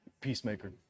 Peacemaker